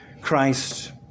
Christ